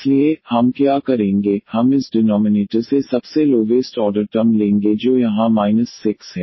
इसलिए हम क्या करेंगे हम इस डिनॉमिनेटर से सबसे लोवेस्ट ऑर्डर टर्म लेंगे जो यहां 6 है